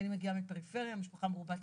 אני מגיעה מפריפריה, משפחה מרובת ילדים.